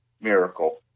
miracle